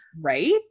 right